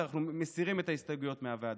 אנחנו מסירים את ההסתייגויות מהוועדה.